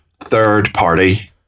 third-party